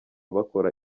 bakora